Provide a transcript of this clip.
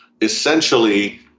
essentially